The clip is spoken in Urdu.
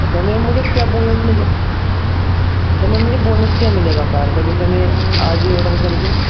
اچھا میم مجھے کیا بونس ملے اچھا میم یہ بونس کیا ملے گا کار کا جیسے میں آج ہی آرڈر کر دوں